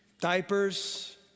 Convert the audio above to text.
diapers